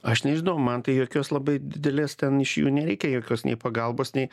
aš nežinau man tai jokios labai didelės ten iš jų nereikia jokios nei pagalbos nei